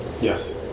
Yes